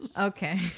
Okay